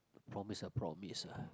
promise is promise